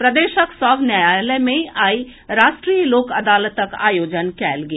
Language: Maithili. प्रदेशक सभ न्यायालय मे आइ राष्ट्रीय लोक अदालतक आयोजन कयल गेल